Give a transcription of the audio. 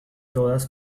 todas